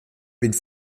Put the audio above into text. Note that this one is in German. wind